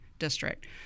district